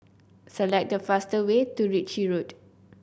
select the fastest way to Ritchie Road